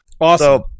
Awesome